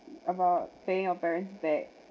about paying your parents back